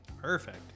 Perfect